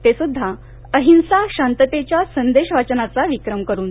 ते सुद्धा यहिंसा शांततेच्या संदेश वाचनाचा विक्रम करून